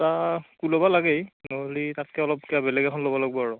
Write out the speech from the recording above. ফুল হ'ব লাগে নহলি তাতকৈ অলপ কিবা বেলেগ এখন ল'ব লাগিব আৰু